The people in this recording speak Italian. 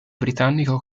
britannico